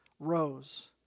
rose